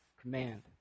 command